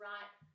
Right